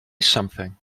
something